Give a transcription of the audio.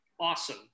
awesome